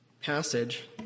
passage